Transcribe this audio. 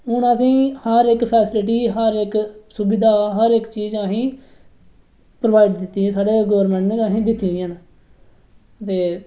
हून असेंई हर इक फैसीलिटी हर इक सुविधा हर इक चीज अहेंई प्रोवाइड कीती दी ऐ साढ़े गौरमैंट नै असेंई दित्ती दियां न दे